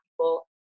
people